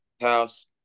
house